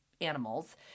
animals